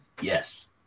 Yes